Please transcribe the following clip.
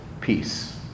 peace